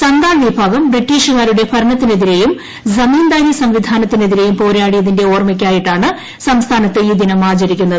സന്താൾ വിഭാഗം ബ്രിട്ടീഷുകാരുടെ ഭരണത്തിനെതിരെയും സമീന്ദാരീ സംവിധാനത്തി നെതിരെയും പോരാടിയതിന്റെ ഓർമ്മയ്ക്കായിട്ടാണ് സംസ്ഥാനത്ത് ഈ ദിനം ആചരിക്കുന്നത്